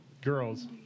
girls